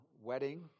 wedding